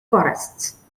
forests